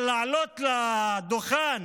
אבל לעלות לדוכן